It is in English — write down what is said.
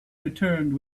returned